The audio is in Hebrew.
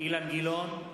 אילן גילאון,